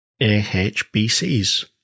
AHBCs